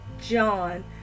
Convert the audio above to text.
John